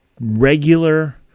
regular